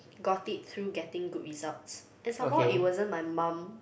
got it through getting good results and some more it wasn't my mum